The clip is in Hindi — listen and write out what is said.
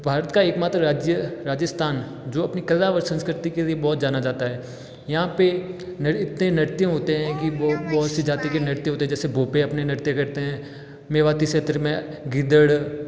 भारत का एक मात्र राज्य राजस्थान जो अपनी कला व संस्कृति के लिए बहुत जाना जाता है यहाँ पर इतने नृत्य होते हैं कि बहुत सी जाति के नृत्य होते हैं जैसे भोपे अपने नृत्य करते हैं मेवाती क्षेत्र में गीदड़